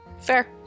Fair